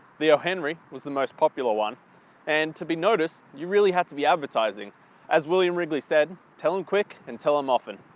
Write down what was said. the oh henry! was the most popular one and to be noticed, you really had to be advertising and as william wrigley said tell em quick and tell em often.